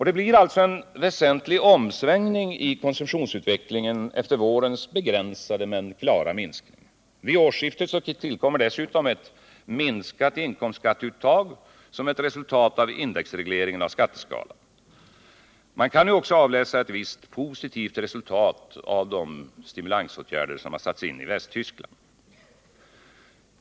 Det blir alltså en väsentlig omsvängning i konsumtionsutvecklingen efter vårens begränsade men klara minskning. Vid årsskiftet tillkommer dessutom ett minskat inkomstskatteuttag som ett resultat av indexregleringen av skatteskalan. Man kan nu också avläsa ett visst positivt resultat av de stimulansåtgärder som har satts in i Västtyskland.